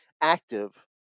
active